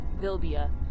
Vilbia